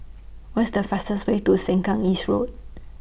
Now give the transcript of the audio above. What IS The fastest Way to Sengkang East Road